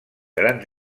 grans